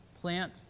plant